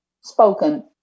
spoken